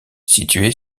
situé